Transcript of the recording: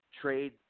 trade